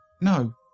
No